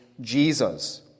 Jesus